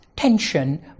tension